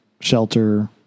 shelter